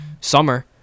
summer